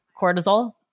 cortisol